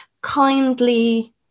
kindly